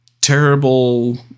terrible